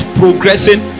progressing